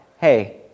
hey